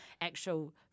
actual